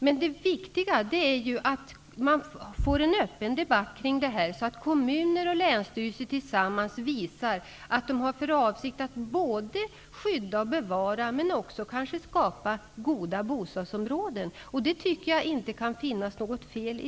Men det viktiga är att man får en öppen debatt kring detta, så att kommuner och länsstyrelser tillsammans visar att de har för avsikt att både skydda och bevara, men kanske också att skapa goda bostadsområden. Det tycker jag inte att det kan finnas något fel i.